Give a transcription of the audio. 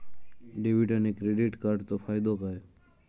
Debit आणि credit कार्डचो फायदो काय?